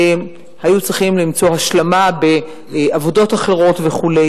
היו צריכים למצוא השלמה בעבודות אחרות וכו',